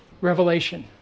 Revelation